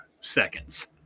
seconds